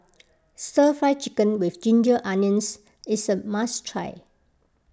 Stir Fried Chicken with Ginger Onions is a must try